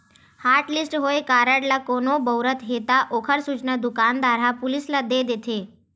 hotlist होए card ल कोनो बउरत हे त ओखर सूचना दुकानदार ह पुलिस ल दे देथे